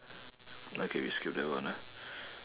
okay we skip that one ah